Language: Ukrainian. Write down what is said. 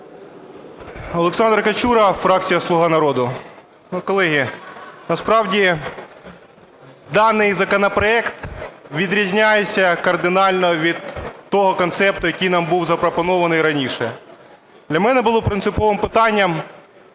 Олександр Качура, фракція "Слуга народу". Колеги, насправді даний законопроект відрізняється кардинально від того концепту, який нам був запропонований раніше. Для мене було принциповим питанням,